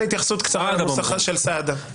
משרד המשפטים, אנא התייחסות קצרה לנוסח של סעדה.